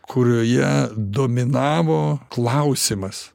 kurioje dominavo klausimas